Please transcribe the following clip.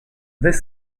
this